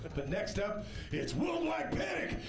but next up it's worldwide panic.